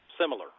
similar